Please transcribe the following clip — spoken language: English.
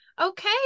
Okay